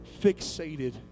fixated